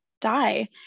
die